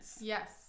Yes